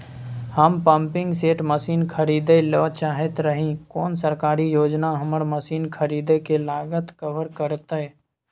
हम pumping set machine खरीदैय ल चाहैत रही कोन सरकारी योजना हमर मसीन खरीदय के लागत कवर करतय?